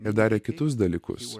ir darė kitus dalykus